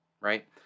right